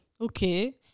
okay